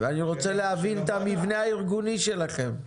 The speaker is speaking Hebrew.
אני רוצה להבין את המבנה הארגוני שלכם.